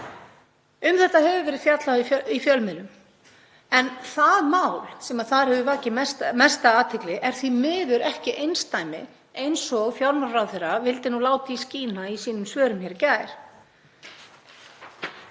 Um þetta hefur verið fjallað í fjölmiðlum en það mál sem þar hefur vakið mesta athygli er því miður ekki einsdæmi eins og fjármálaráðherra vildi láta í skína í svörum sínum hér í gær.